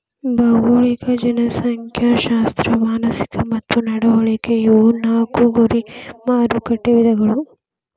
ಭೌಗೋಳಿಕ ಜನಸಂಖ್ಯಾಶಾಸ್ತ್ರ ಮಾನಸಿಕ ಮತ್ತ ನಡವಳಿಕೆ ಇವು ನಾಕು ಗುರಿ ಮಾರಕಟ್ಟೆ ವಿಧಗಳ